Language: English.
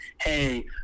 hey